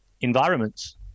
environments